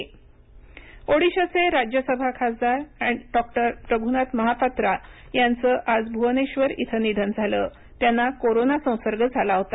महापात्रा निधन ओडिशाचे राज्यसभा खासदार डॉ रघुनाथ महापात्रा यांचं आज भुवनेश्वर इथं निधन झालं त्यांना कोरोना संसर्ग झाला होता